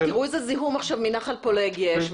ותראו איזה זיהום עכשיו מנחל פולג יש,